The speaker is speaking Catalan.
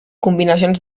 combinacions